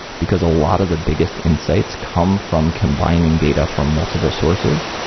because a lot of the biggest insights come from combining data from multiple sources,